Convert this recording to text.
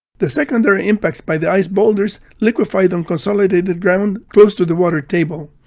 the secondary impacts by the ice boulders liquefied unconsolidated ground close to the water table.